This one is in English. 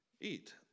eat